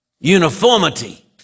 uniformity